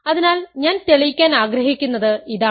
അതിനാൽ ഞാൻ തെളിയിക്കാൻ ആഗ്രഹിക്കുന്നത് ഇതാണ്